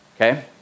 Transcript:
okay